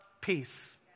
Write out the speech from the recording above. Peace